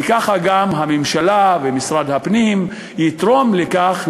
וככה גם הממשלה ומשרד הפנים יתרמו לכך,